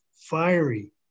fiery